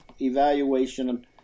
evaluation